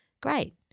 Great